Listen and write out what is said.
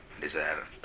desire